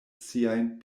siajn